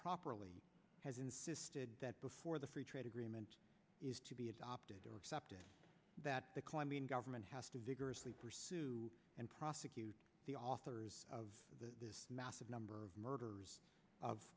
properly has insisted that before the free trade agreement is to be adopted or accepted that the climbing government has to vigorously pursue and prosecute the authors of the massive number of murders of